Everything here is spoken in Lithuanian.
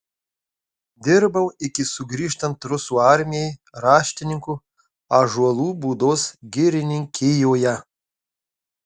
dirbau iki sugrįžtant rusų armijai raštininku ąžuolų būdos girininkijoje